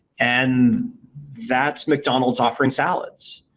and that's mcdonald's offering salads.